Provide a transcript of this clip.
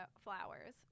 flowers